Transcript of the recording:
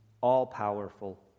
all-powerful